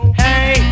hey